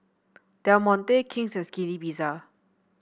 Del Monte King's and Skinny Pizza